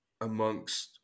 amongst